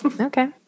Okay